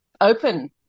open